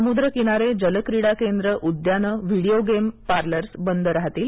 समुद्र किनारे जलक्रीडा केंद्र उद्याने व्हिडिओ गेम पार्लर बंद राहतील